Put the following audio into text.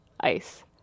ice